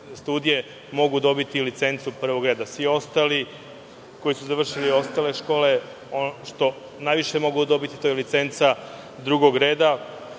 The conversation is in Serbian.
mogu dobiti licencu prvog reda. Svi ostali koji su završili ostale škole, ono što najviše mogu dobiti je licenca drugog reda.